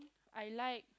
I like